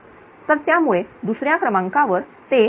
तर त्यामुळे दुसऱ्या क्रमांकावर ते S1 आहे